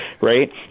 right